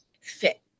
fit